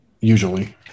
usually